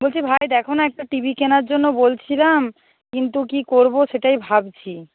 বলছি ভাই দেখো না একটা টি ভি কেনার জন্য বলছিলাম কিন্তু কী করব সেটাই ভাবছি